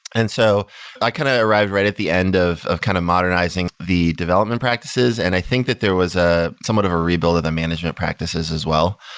and so i kind of arrived right at the end of of kind of modernizing the development practices and i think that there was ah somewhat of a rebuild of the management practices as well.